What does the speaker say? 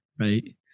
right